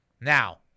Now